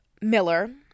Miller